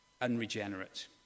unregenerate